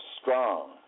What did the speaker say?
strong